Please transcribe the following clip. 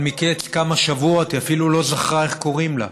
אבל מקץ כמה שבועות היא אפילו לא זכרה איך קוראים לה,